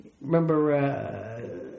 remember